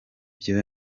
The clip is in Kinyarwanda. byose